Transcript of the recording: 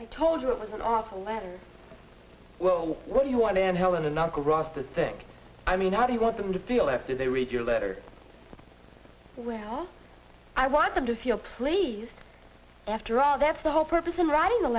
i told you it was an awful letter well what do you want and helena non corrupt the thing i mean how do you want them to feel after they read your letter well i want them to feel pleased after all that's the whole purpose in writing